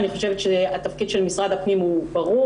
אני חושבת שהתפקיד של משרד הפנים הוא ברור,